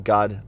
God